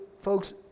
folks